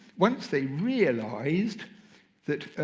once they realised that